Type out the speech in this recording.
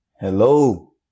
Hello